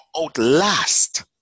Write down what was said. outlast